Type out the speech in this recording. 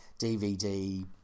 DVD